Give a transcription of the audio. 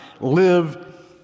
Live